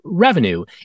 revenue